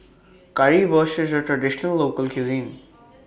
Currywurst IS A Traditional Local Cuisine